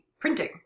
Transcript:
printing